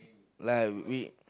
like we